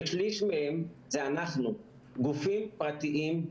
ושליש מהם זה אנחנו, גופים פרטיים,